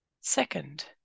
Second